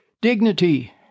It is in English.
dignity